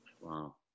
Wow